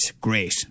Great